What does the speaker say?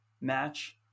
match